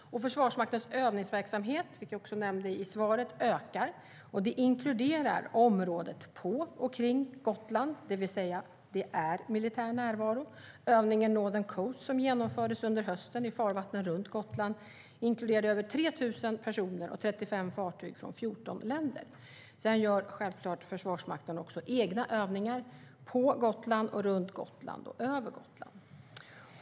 Försvarsmaktens övningsverksamhet ökar, vilket jag också nämnde i svaret. Det inkluderar området på och kring Gotland. Det betyder att det är militär närvaro. Övningen Northern Coast, som genomfördes under hösten i farvattnen runt Gotland, inkluderade över 3 000 personer och 35 fartyg från 14 länder. Försvarsmakten gör självklart också egna övningar på Gotland, runt Gotland och över Gotland.